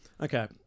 Okay